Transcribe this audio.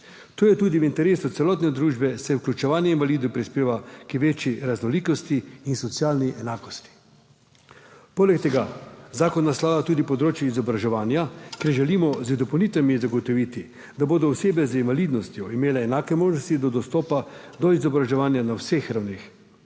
To je tudi v interesu celotne družbe, saj vključevanje invalidov prispeva k večji raznolikosti in socialni enakosti. Poleg tega zakon naslavlja tudi področje izobraževanja, ker želimo z dopolnitvami zagotoviti, da bodo imele osebe z invalidnostjo enake možnosti do dostopa do izobraževanja na vseh ravneh.